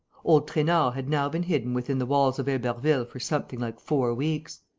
old trainard had now been hidden within the walls of heberville for something like four weeks.